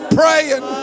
praying